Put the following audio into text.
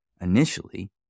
initially